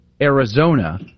Arizona